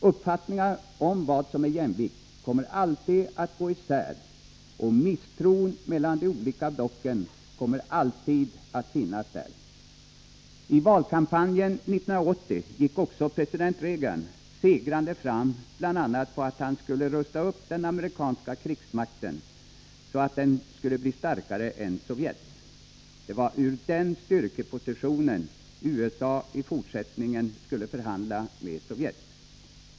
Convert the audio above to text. Uppfattningarna om vad som är jämvikt kommer alltid att gå isär, och misstron mellan de olika blocken kommer alltid att finnas där. I valkampanjen 1980 gick också president Reagan segrande fram, bl.a. på att han skulle rusta upp den amerikanska krigsmakten, så att den skulle bli starkare än Sovjets. Det var ur den styrkepositionen USA i fortsättningen skulle förhandla med Sovjet.